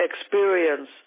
experience